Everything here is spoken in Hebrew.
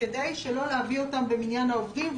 כדי שלא להביא אותם במניין העובדים,